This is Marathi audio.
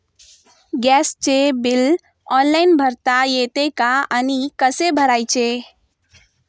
गॅसचे बिल ऑनलाइन भरता येते का आणि कसे भरायचे?